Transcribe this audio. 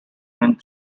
went